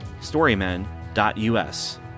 Storymen.us